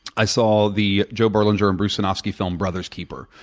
i saw the joe berlinger and bruce sinofsky film, brother's keeper.